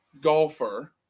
golfer